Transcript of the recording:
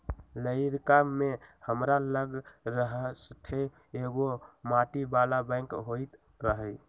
लइरका में हमरा लग हरशठ्ठो एगो माटी बला बैंक होइत रहइ